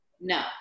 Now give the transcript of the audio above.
No